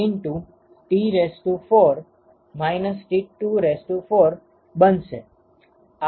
તેથી તે σA બનશે